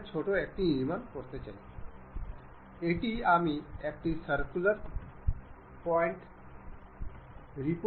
সুতরাং এই ধরনের মেটিংকে কনসেন্ট্রিক মেটিং বলা হয়